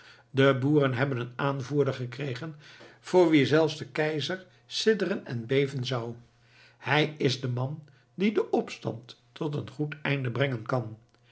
de boeren hebben een aanvoerder gekregen voor wien zelfs de keizer sidderen en beven zou hij is de man die den opstand tot een goed einde brengen kan